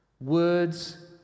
words